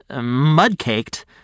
mud-caked